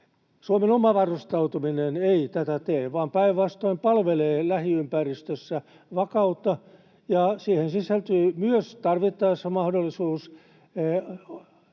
Suomen oma varustautuminen ei tätä tee vaan päinvastoin palvelee lähiympäristössä vakautta, ja siihen sisältyy tarvittaessa myös mahdollisuus